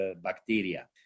bacteria